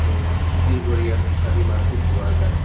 শিলঘৰীয়া আদি মাছো পোৱা যায়